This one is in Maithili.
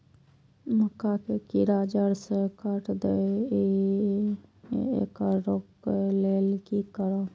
मक्का के कीरा जड़ से काट देय ईय येकर रोके लेल की करब?